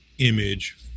image